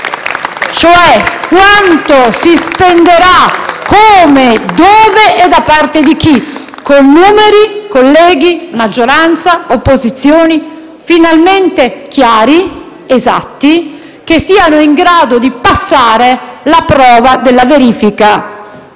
cioè, si spenderà, come, dove e da parte di chi, con numeri, colleghi, maggioranza, opposizioni, finalmente chiari, esatti e che siano in grado di passare la prova della verifica